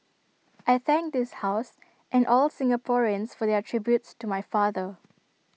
I thank this house and all Singaporeans for their tributes to my father